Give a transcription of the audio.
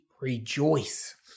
rejoice